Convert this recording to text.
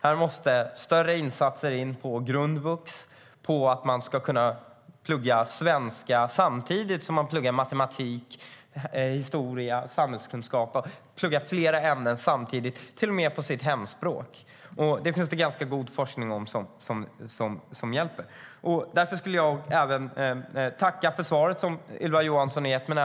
Här krävs större satsningar på grundvux, på att man ska kunna plugga svenska samtidigt som man pluggar flera ämnen - matematik, historia och samhällskunskap - på sitt hemspråk. Det finns forskning som visar att det fungerar bra. Jag tackar för Ylva Johanssons svar.